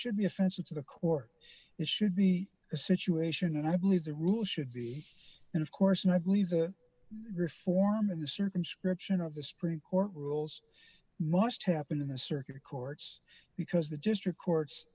should be offensive to the court it should be a situation and i believe the rule should be and of course and i believe the reform in the circumscription of the supreme court rules must happen in the circular courts because the district courts